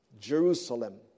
Jerusalem